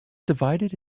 divided